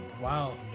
Wow